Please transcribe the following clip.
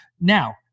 Now